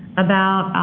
about